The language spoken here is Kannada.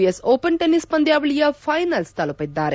ಎಸ್ ಓಪನ್ ಟೆನಿಸ್ ಪಂದ್ಯಾವಳಿಯ ಫೈನಲ್ ತಲುಪಿದ್ದಾರೆ